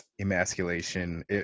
emasculation